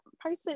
Person